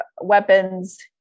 weapons